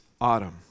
autumn